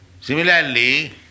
Similarly